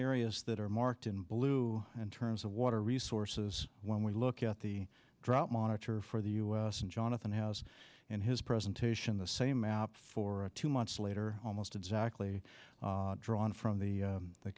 areas that are marked in blue and terms of water resources when we look at the drought monitor for the u s and jonathan has and his presentation the same map for two months later almost exactly drawn from the